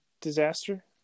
Disaster